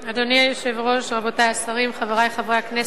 אדוני היושב-ראש, רבותי השרים, חברי חברי הכנסת,